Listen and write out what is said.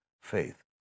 faith